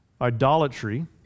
idolatry